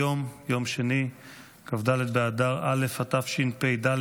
היום יום שני כ"ד באדר התשפ"ד,